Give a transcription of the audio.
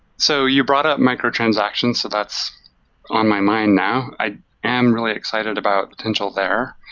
so you brought up micro-transactions, so that's on my mind now. i am really excited about potential there.